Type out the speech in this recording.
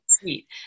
sweet